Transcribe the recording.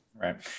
Right